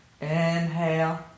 inhale